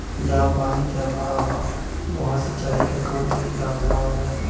जहाँ पानी क अभाव ह वहां सिंचाई क कवन तरीका अपनावल जा?